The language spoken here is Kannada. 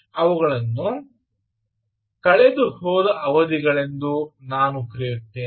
ಅವುಗಳನ್ನು "ಕಳೆದುಹೋದ ಅವಧಿ"ಗಳೆಂದು ನಾನು ಕರೆಯುತ್ತೇನೆ